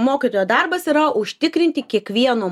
mokytojo darbas yra užtikrinti kiekvieno